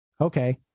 Okay